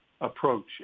approach